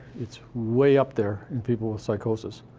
it's way up there in people with psychosis.